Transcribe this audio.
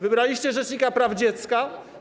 Wybraliście rzecznika praw dziecka.